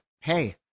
Hey